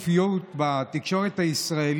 הכנסת שבסעיף זה וזה ידונו 40 דקות לכל היותר,